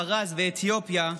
פרס ואתיופיה,